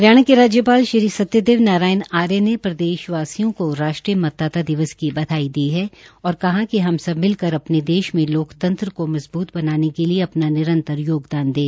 हरियाणा के राज्यपाल श्री सत्यदेव नारायण आर्य ने प्रदेशवासियों को राष्ट्रीय मतदाता दिवस की बधाई दी है और कहा कि हम सब मिलकर अपने देश में लोकतंत्र को मजबूत बनाने के लिए अपना निरंतर योगदान दें